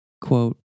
Quote